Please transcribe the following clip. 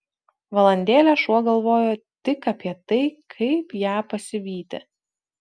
valandėlę šuo galvojo tik apie tai kaip ją pasivyti